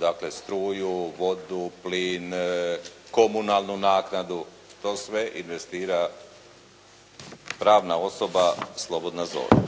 dakle struju, vodu, plin, komunalnu naknadu. To sve investira pravna osoba slobodna zona.